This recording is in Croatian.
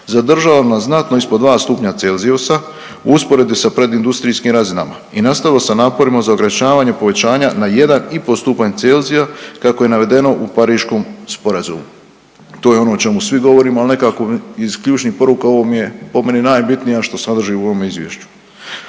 zadržao na znatno ispod 2 stupnja celzijusa u usporedbi sa predindustrijskim razinama i nastavilo sa naporima za ograničavanje povećanja na 1,5 stupanja Celzija kako je navedeno u Pariškom sporazumu. To je ono o čemu svi govorimo, al nekako mi iz ključnih poruka ovo mi je po meni najbitnija što sadrži u ovom izvješću.